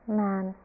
man